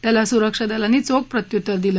त्याला सुरक्षादलांनी चोख प्रत्युत्तर दिलं